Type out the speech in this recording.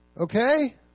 Okay